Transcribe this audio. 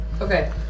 Okay